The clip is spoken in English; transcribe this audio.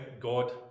god